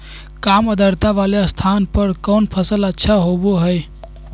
काम आद्रता वाले स्थान पर कौन फसल अच्छा होबो हाई?